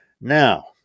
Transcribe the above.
Now